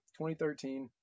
2013